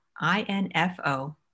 I-N-F-O